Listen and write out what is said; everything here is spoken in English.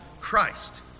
Christ